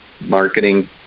marketing